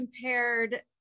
compared